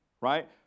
right